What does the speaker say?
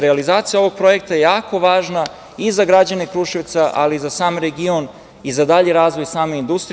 Realizacija ovog projekta je jako važna i za građane Kruševca, ali i za sam region i za dalji razvoj same industrije.